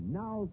now